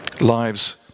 Lives